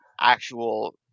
actual